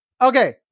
Okay